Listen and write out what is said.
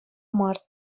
мар